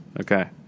Okay